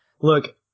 Look